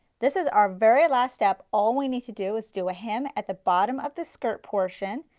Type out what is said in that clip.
this is our very last step all we need to do is do a hem at the bottom of the skirt portion.